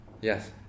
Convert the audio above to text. yes